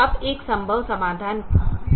अब एक संभव समाधान क्या है